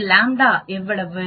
இங்கு ƛ எவ்வளவு